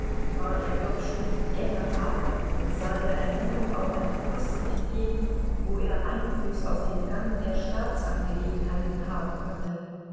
war er doch schon general und sah der ernennung auf einen posten entgegen wo er einfluß auf den gang der staatsangelegenheiten haben konnte